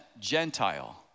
Gentile